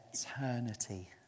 eternity